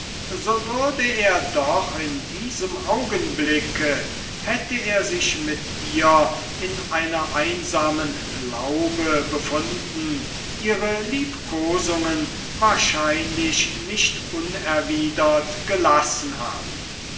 so würde er doch in diesem augenblicke hätte er sich mit ihr in einer einsamen laube befunden ihre liebkosungen wahrscheinlich nicht unerwidert gelassen haben